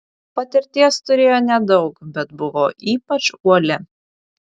patirties turėjo nedaug bet buvo ypač uoli